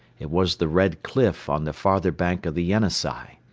it was the red cliff on the farther bank of the yenisei.